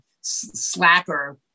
slacker